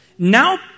Now